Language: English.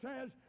says